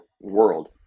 world